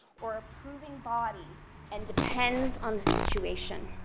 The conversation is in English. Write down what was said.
or approving body and depends on the situation.